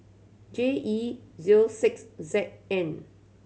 J E zero six Z N